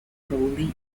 crawley